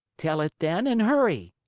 tell it, then, and hurry.